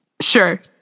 Sure